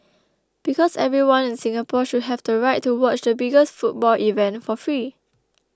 because everyone in Singapore should have the right to watch the biggest football event for free